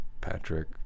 Patrick